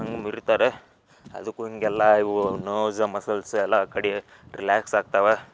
ಹಂಗೆ ಮುರೀತಾರೆ ಅದಕ್ಕೂ ಹೀಗೆಲ್ಲ ಇವು ನವ್ಸ್ ಮಸಲ್ಸ್ ಎಲ್ಲ ಕಡೆ ರಿಲ್ಯಾಕ್ಸ್ ಆಗ್ತಾವೆ